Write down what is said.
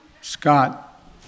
scott